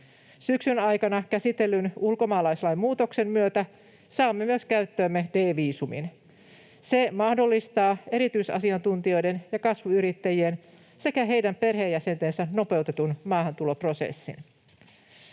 Syksyn aikana käsitellyn ulkomaalaislain muutoksen myötä saamme käyttöömme myös D-viisumin. Se mahdollistaa erityisasiantuntijoiden ja kasvuyrittäjien sekä heidän perheenjäsentensä nopeutetun maahantuloprosessin.